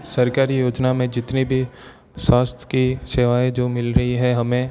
सरकारी योजना में जितनी भी स्वास्थ्य की सेवाएं जो मिल रही हैं हमें